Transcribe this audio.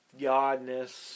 godness